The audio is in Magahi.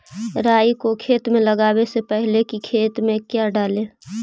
राई को खेत मे लगाबे से पहले कि खेत मे क्या डाले?